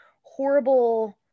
horrible